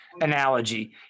analogy